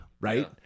right